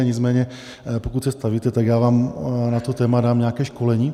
Nicméně pokud se stavíte, tak já vám na to téma dám nějaké školení.